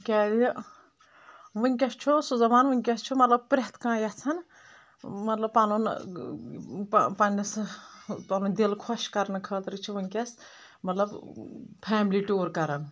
کیازِ ونۍکٮ۪س چھُ سُہ زمانہٕ ونۍکٮ۪س چھُ مطلب پرٮ۪تھ کانہہ یژھان مطلب پنُن پنٕنِس پنُن دل خۄش کٔرنہٕ خاطرٕ چھ ونکس مطلب فیملی ٹوٗر کران